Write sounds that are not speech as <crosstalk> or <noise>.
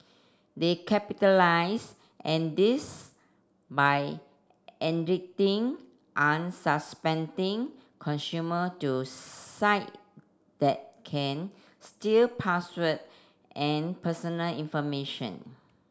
they capitalise and this by <unintelligible> unsuspecting consumer to site that can steal password and personal information